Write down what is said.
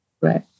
Right